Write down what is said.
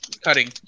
cutting